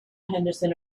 henderson